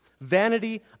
Vanity